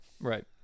Right